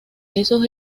esos